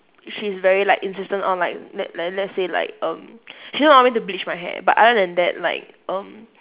she's very like insistent on like let let's say like um she don't allow me to bleach my hair but other than that like um